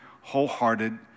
wholehearted